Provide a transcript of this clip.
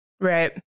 Right